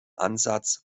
ansatz